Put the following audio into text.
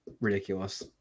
ridiculous